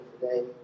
today